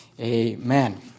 Amen